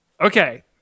Okay